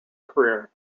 career